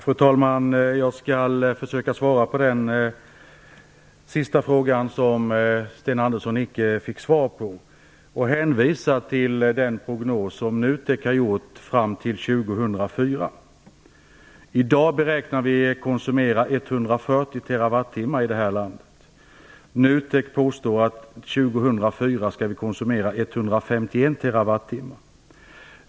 Fru talman! Jag skall försöka svara på den fråga som Sten Andersson inte fick svar på tidigare. Jag vill hänvisa till den prognos som NUTEK har gjort fram till 2004. I dag beräknas vi konsumera 140 terrawattimmar i det här landet. NUTEK påstår att vi 2004 skall konsumera 151 terrawattimmar.